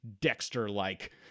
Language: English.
Dexter-like